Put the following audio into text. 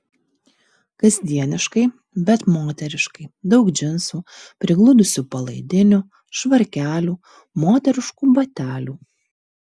kasdieniškai bet moteriškai daug džinsų prigludusių palaidinių švarkelių moteriškų batelių